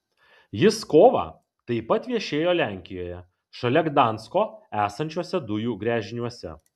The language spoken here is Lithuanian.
jis kovą taip pat viešėjo lenkijoje šalia gdansko esančiuose dujų gręžiniuose